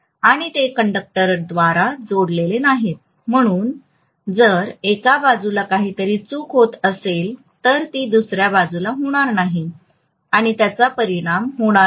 आणि ते कंडक्टरद्वारे जोडलेले नाहीत म्हणून जर एका बाजूला काहीतरी चूक होत असेल तर ती दुसऱ्या बाजूला होणार नाही किंवा त्याचा परिणाम होणार नाही